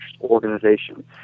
Organization